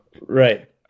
Right